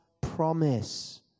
promise